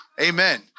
Amen